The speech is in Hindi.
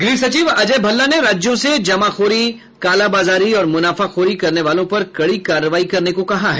गृह सचिव अजय भल्ला ने राज्यों से जमाखोरी कालाबाजारी और मुनाफाखोरी करने वालों पर कड़ी कार्रवाई करने को कहा है